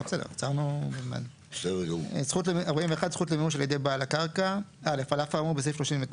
זכות למימוש על ידי בעל הקרקע 41. (א) על אף האמור בסעיף 39,